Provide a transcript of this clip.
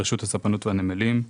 רשות הספנות והנמלים.